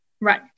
Right